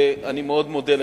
אני מאוד מודה לך.